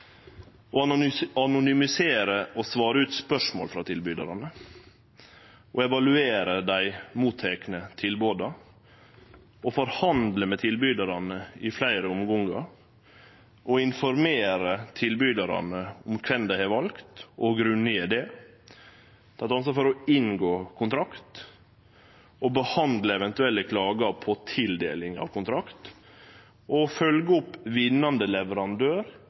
for å anonymisere og svare ut spørsmål frå tilbydarane, å evaluere dei mottekne tilboda, å forhandle med tilbydarane i fleire omgangar, å informere tilbydarane om kven dei har valt, og grunngje det. Dei har hatt ansvar for å inngå kontrakt, å behandle eventuelle klager på tildeling av kontrakt og å følgje opp vinnande leverandør